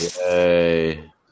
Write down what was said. yay